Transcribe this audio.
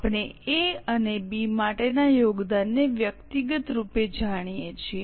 આપણે એ અને બી માટેના યોગદાનને વ્યક્તિગત રૂપે જાણીએ છીએ